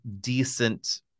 decent